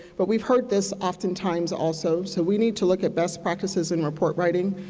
but we have heard this oftentimes, also, so we need to look at best practices in report writing,